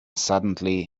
suddenly